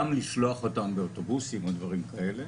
גם לשלוח אותם באוטובוסים או דברים כאלה